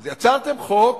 אז יצרתם חוק